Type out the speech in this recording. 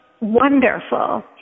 wonderful